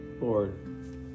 Lord